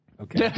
Okay